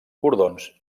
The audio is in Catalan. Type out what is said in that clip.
cordons